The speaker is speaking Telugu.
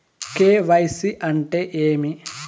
కె.వై.సి అంటే ఏమి?